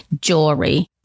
jewelry